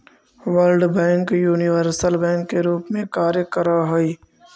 world bank universal bank के रूप में कार्य करऽ हइ